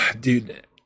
Dude